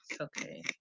Okay